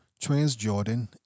Transjordan